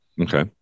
Okay